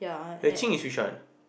yue qing is which one